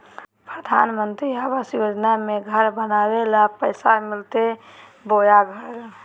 प्रधानमंत्री आवास योजना में घर बनावे ले पैसा मिलते बोया घर?